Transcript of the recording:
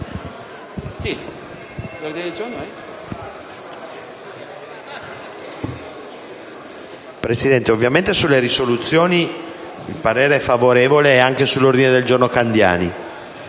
Presidente, ovviamente sulle risoluzioni il parere è favorevole, come anche sull'ordine del giorno G1.